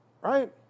Right